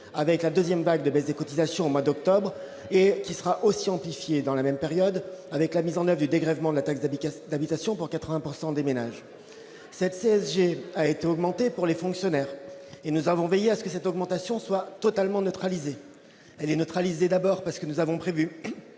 avec la 2ème vague de baisse des cotisations au mois d'octobre et qui sera aussi amplifié dans la même période, avec la mise en aviez dégrèvement de la taxe d'habitation pour 80 pourcent des ménages cette CSG a été augmentée pour les fonctionnaires, et nous avons veillé à ce que cette augmentation soit totalement neutralisé et neutraliser d'abord parce que nous avons prévu,